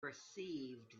perceived